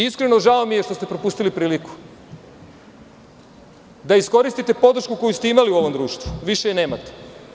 Iskreno žao mi je što ste propustili priliku da iskoristite podršku koju ste imali u ovom društvu više je nemate.